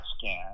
scan